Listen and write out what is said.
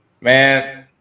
man